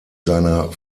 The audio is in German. seiner